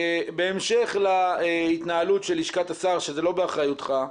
בהמשך להתנהלות של לשכת השר, שזה לא באחריותך,